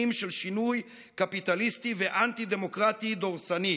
של שינוי קפיטליסטי ואנטי-דמוקרטי דורסני.